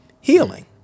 healing